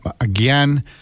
Again